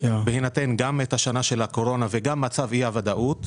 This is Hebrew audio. בהינתן גם השנה של הקורונה וגם מצב של אי ודאות,